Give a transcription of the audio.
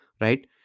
right